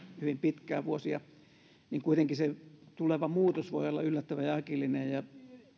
hyvin pitkään vuosia niin kuitenkin se tuleva muutos voi olla yllättävä ja äkillinen ja